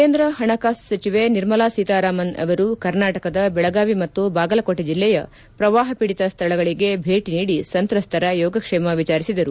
ಕೇಂದ್ರ ಹಣಕಾಸು ಸಚಿವೆ ನಿರ್ಮಲಾ ಸೀತಾರಾಮನ್ ಅವರು ಕರ್ನಾಟಕದ ಬೆಳಗಾವಿ ಮತ್ತು ಬಾಗಲಕೋಟೆ ಜಿಲ್ಲೆಯ ಪ್ರವಾಹಪೀಡಿತ ಸ್ವಳಗಳಿಗೆ ಭೇಟಿ ನೀಡಿ ಸಂತ್ರಸ್ತರ ಯೋಗಕ್ಷೇಮ ವಿಚಾರಿಸಿದರು